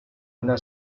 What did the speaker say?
una